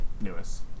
newest